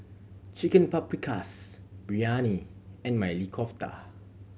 Chicken Paprikas Biryani and Maili Kofta